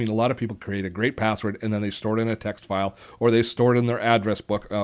a lot of people create a great password and then they store it in a text file or they store it in their address book.